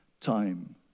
time